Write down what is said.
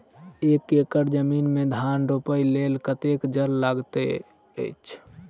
एक एकड़ जमीन मे धान रोपय लेल कतेक जल लागति अछि?